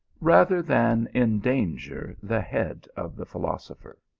rather than en danger the head of the philosopher.